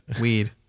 Weed